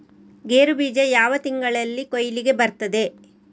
ಗೇರು ಬೀಜ ಯಾವ ತಿಂಗಳಲ್ಲಿ ಕೊಯ್ಲಿಗೆ ಬರ್ತದೆ?